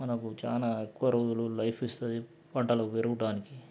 మనకు చాలా ఎక్కువ రోజులు లైఫ్ ఇస్తుంది పంటలు పెరగటానికి